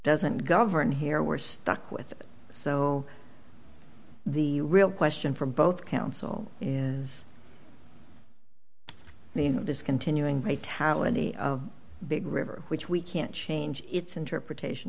doesn't govern here we're stuck with it so the real question for both council is the discontinuing vitality of big river which we can't change its interpretation